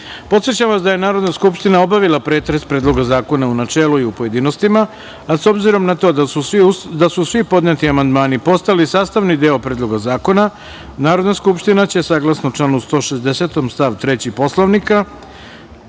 PRIRODEPodsećam vas da je Narodna skupština obavila pretres Predloga zakona u načelu i u pojedinostima, a s obzirom na to da su svi podneti amandmani postali sastavni deo Predloga zakona Narodna skupština će saglasno članu 160. stav 3. Poslovnika